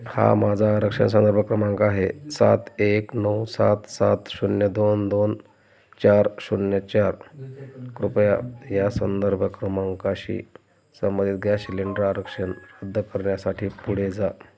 हा माझा आरक्षण संदर्भ क्रमांक आहे सात एक नऊ सात सात शून्य दोन दोन चार शून्य चार कृपया या संदर्भ क्रमांकाशी संबंधित गॅस शिलेंडर आरक्षण रद्द करण्यासाठी पुढे जा